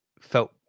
felt